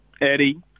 Eddie